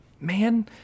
man